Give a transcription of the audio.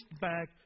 back